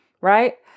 Right